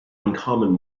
uncommon